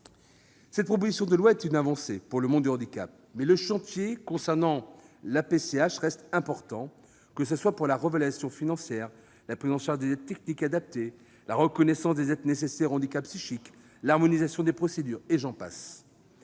Cette proposition de loi est une avancée pour le monde du handicap, mais le chantier concernant la PCH reste important, que ce soit pour la revalorisation financière, la prise en charge des aides techniques adaptées, la reconnaissance des aides nécessaires au handicap psychique ou l'harmonisation des procédures, et j'en passe